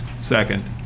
Second